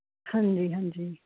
ਹਾਂਜੀ ਹਾਂਜੀ